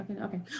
Okay